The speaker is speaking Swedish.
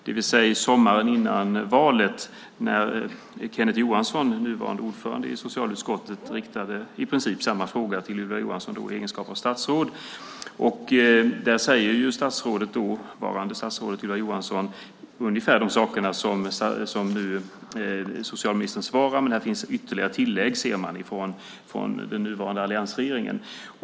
Det var sommaren före valet när Kenneth Johansson, nuvarande ordförande i socialutskottet, riktade i princip samma fråga till Ylva Johansson, då i egenskap av statsråd. Då sade det dåvarande statsrådet ungefär samma saker som socialministern nu svarar, men man ser att det finns ett tillägg från den nuvarande alliansregeringen.